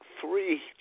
three